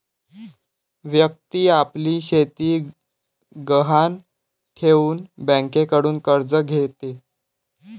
व्यक्ती आपली शेती गहाण ठेवून बँकेकडून कर्ज घेते